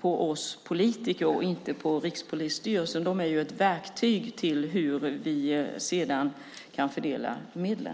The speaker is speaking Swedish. och inte på Rikspolisstyrelsen. Rikspolisstyrelsen är ett verktyg när det gäller hur vi fördelar medlen.